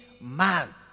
man